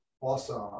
Awesome